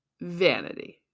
vanity